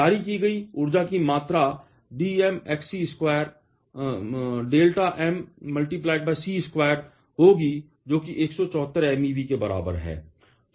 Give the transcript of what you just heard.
जारी की गई ऊर्जा की मात्रा dmXc2 होगी जो कि 174 MeV के बराबर है